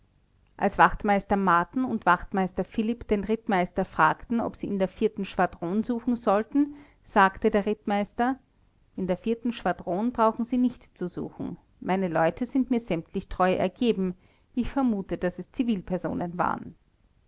als wachtmeister marten und wachtmeister philipp den rittmeister fragten ob sie in der vierten schwadron suchen sollten sagte der rittmeister in der schwadron brauchen sie nicht zu suchen meine leute sind mir sämtlich treu ergeben ich vermute daß es zivilpersonen waren